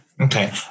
Okay